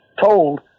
told